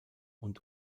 und